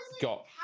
got